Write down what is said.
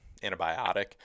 antibiotic